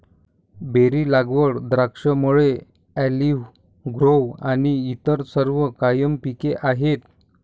berry लागवड, द्राक्षमळे, olive grove आणि इतर सर्व कायम पिके आहेत